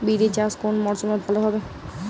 বিরি চাষ কোন মরশুমে ভালো হবে?